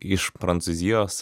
iš prancūzijos